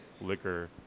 liquor